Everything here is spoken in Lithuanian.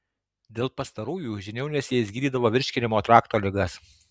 dėl pastarųjų žiniuonys jais gydydavo virškinimo trakto ligas